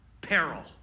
Peril